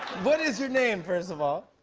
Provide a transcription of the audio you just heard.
what is your name, first of all?